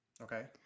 Okay